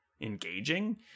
engaging